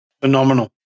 Phenomenal